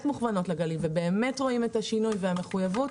מכוונות לגליל ובאמת רואים את השינוי והמחויבות,